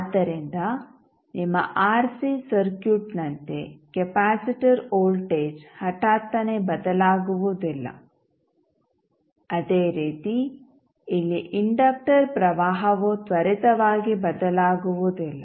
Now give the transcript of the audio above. ಆದ್ದರಿಂದ ನಿಮ್ಮ ಆರ್ಸಿ ಸರ್ಕ್ಯೂಟ್ನಂತೆ ಕೆಪಾಸಿಟರ್ ವೋಲ್ಟೇಜ್ ಹಠಾತ್ತನೆ ಬದಲಾಗುವುದಿಲ್ಲ ಅದೇ ರೀತಿ ಇಲ್ಲಿ ಇಂಡಕ್ಟರ್ ಪ್ರವಾಹವು ತ್ವರಿತವಾಗಿ ಬದಲಾಗುವುದಿಲ್ಲ